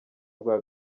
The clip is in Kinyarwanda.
ubwa